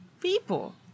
people